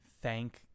Thank